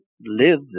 live